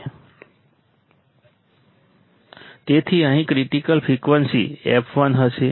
તેથી અહીં critical frequency f l હશે